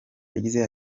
yagize